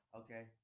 okay